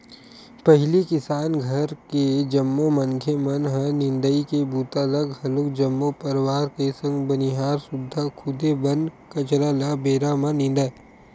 पहिली किसान घर के जम्मो मनखे मन ह निंदई के बूता ल घलोक जम्मो परवार के संग बनिहार सुद्धा खुदे बन कचरा ल बेरा म निंदय